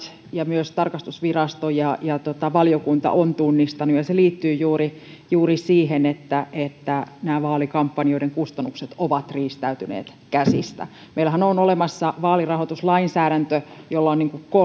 ja myös tarkastusvirasto ja valiokunta ovat tunnistaneet ja se liittyy juuri juuri siihen että että vaalikampanjoiden kustannukset ovat riistäytyneet käsistä meillähän on olemassa vaalirahoituslainsäädäntö ja